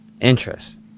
Interest